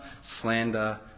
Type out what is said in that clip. slander